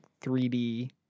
3D